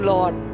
Lord